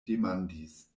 demandis